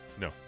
No